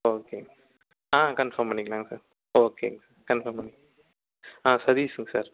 ஓகேங்க ஆ கன்ஃபார்ம் பண்ணிக்கலாங்க சார் ஓகேங்க கன்ஃபார்ம் பண்ணிக்கலாங்க ஆ சதீஷ்ங்க சார்